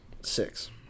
six